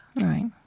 Right